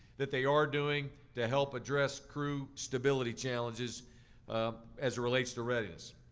that they are doing, to help address crew stability challenges as it relates to readiness.